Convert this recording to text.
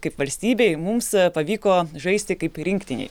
kaip valstybei mums pavyko žaisti kaip rinktinei